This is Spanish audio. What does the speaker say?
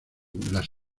las